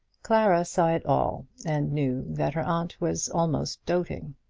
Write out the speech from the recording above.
clara saw it all, and knew that her aunt was almost doting.